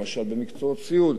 למשל במקצועות סיעוד.